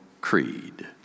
Creed